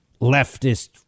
leftist